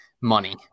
money